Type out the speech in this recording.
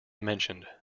mentioned